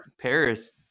Paris